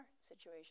situation